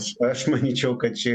aš manyčiau kad čia